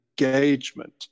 engagement